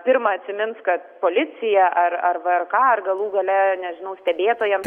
pirma atsimins kad policija ar ar vrk ar galų gale nežinau stebėtojam